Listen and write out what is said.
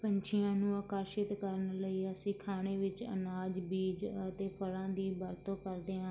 ਪੰਛੀਆਂ ਨੂੰ ਆਕਰਸ਼ਿਤ ਕਰਨ ਲਈ ਅਸੀਂ ਖਾਣੇ ਵਿੱਚ ਅਨਾਜ ਬੀਜ ਅਤੇ ਫਲਾਂ ਦੀ ਵਰਤੋਂ ਕਰਦੇ ਹਾਂ